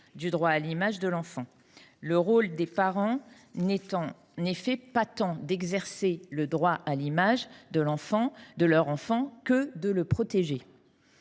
du droit à l’image de l’enfant. En effet, le rôle des parents n’est pas tant d’exercer le droit à l’image de leur enfant que de le protéger.